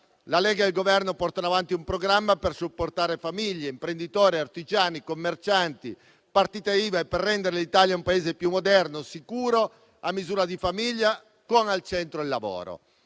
la Lega e il Governo portano avanti un programma per supportare famiglie, imprenditori, artigiani, commercianti, partita IVA, e per rendere l’Italia un Paese più moderno e sicuro, a misura di famiglia, con al centro il lavoro.